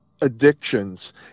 addictions